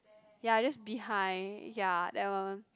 ya I just behind ya that one